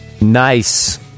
Nice